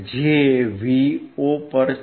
જે Vo પર છે